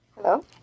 Hello